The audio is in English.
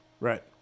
Right